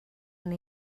neu